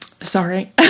Sorry